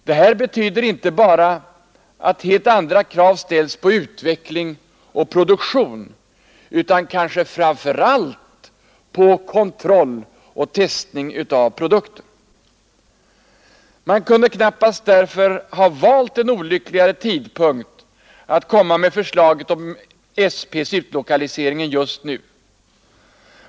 Det här betyder att helt andra krav ställs inte bara på utveckling och produktion utan kanske framför allt på kontroll och testning av produkten. Man kunde därför knappast ha valt en olyckligare tidpunkt att komma med förslaget om SP:s utlokalisering än just nu.